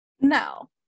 No